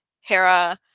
Hera